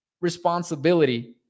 responsibility